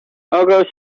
august